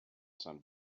some